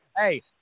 hey